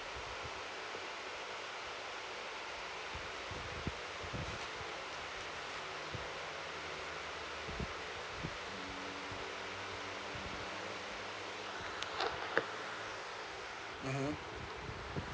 mmhmm